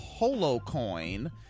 HoloCoin